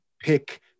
pick